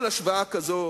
כל השוואה כזאת